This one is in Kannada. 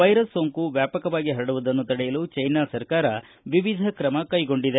ವೈರಸ್ ಸೊಂಕು ವ್ನಾಪಕವಾಗಿ ಹರಡುವುದನ್ನು ತಡೆಯಲು ಚ್ಯೆನಾ ಸರ್ಕಾರವು ವಿವಿಧ ಕ್ರಮ ಕೈಗೊಂಡಿದೆ